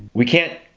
we can't.